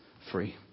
free